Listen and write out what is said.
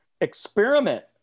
Experiment